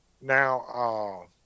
Now